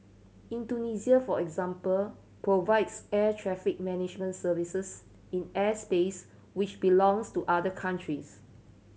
Indonesia for example provides air traffic management services in airspace which belongs to other countries